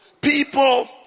People